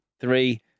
three